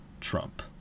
trump